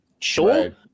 sure